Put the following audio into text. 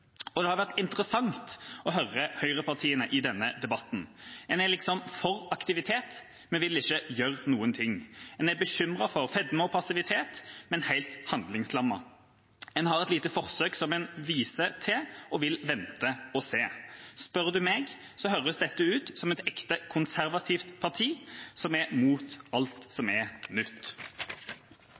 gjennomfører. Det har vært interessant å høre høyrepartiene i denne debatten. En er liksom for aktivitet, men vil ikke gjøre noen ting. En er bekymret for fedme og passivitet, men helt handlingslammet. En har et lite forsøk som en viser til, og vil vente og se. Spør du meg, høres dette ut som et ekte konservativt parti som er mot alt som er nytt.